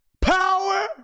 power